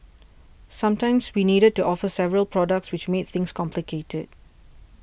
sometimes we needed to offer several products which made things complicated